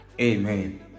amen